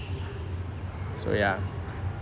so ya